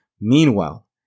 Meanwhile